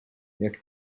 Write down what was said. jak